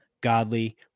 godly